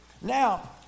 Now